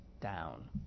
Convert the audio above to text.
down